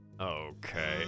Okay